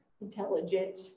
intelligent